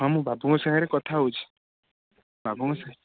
ହଁ ମୁଁ ବାବୁଙ୍କ ସାଙ୍ଗରେ କଥା ହେଉଛି ବାବୁଙ୍କ ସାଙ୍ଗେ